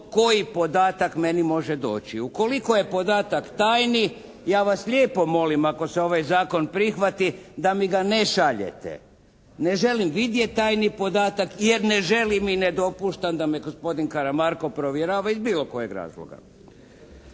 koji podatak meni može doći. Ukoliko je podatak tajni, ja vas lijepo molim ako se ovaj zakon prihvati, da mi ga ne šaljete. Ne želim vidjet tajni podatak jer ne želim i ne dopuštam da me gospodin Karamarko provjerava iz bilo kojeg razloga.